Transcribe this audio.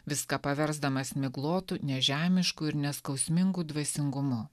viską paversdamas miglotu nežemišku ir neskausmingu dvasingumu